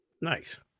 Nice